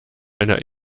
einer